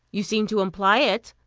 you seemed to imply it.